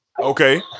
Okay